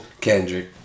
Kendrick